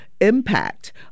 impact